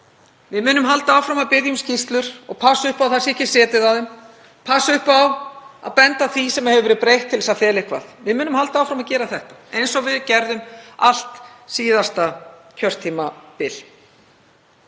Við munum halda áfram að biðja um skýrslur og passa upp á að það sé ekki setið á þeim og benda á það sem hefur verið breytt til þess að fela eitthvað. Við munum halda áfram að gera þetta eins og við gerðum allt síðasta kjörtímabil.